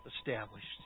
established